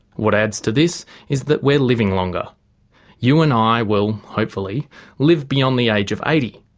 what adds to this is that we're living longer you and i will hopefully live beyond the age of eighty.